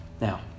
Now